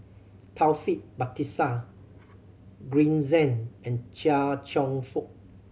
Taufik Batisah Green Zeng and Chia Cheong Fook